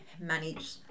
manage